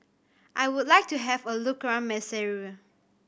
I would like to have a look around Maseru